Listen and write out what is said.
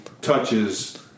touches